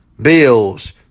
bills